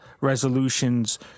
resolutions